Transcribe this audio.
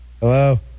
Hello